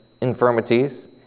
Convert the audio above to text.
infirmities